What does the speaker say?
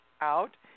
out